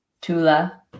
Tula